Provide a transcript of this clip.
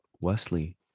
Wesley